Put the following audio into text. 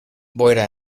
boira